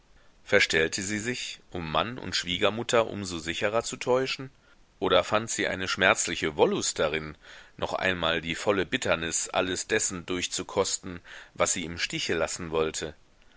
verstellte sie sich um mann und schwiegermutter um so sicherer zu täuschen oder fand sie eine schmerzliche wollust darin noch einmal die volle bitternis alles dessen durchzukosten was sie im stiche lassen wollte